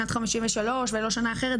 שנת 1953 ולא שנה אחרת.